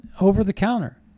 over-the-counter